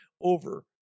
over